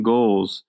Goals